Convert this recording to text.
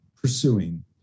pursuing